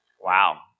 Wow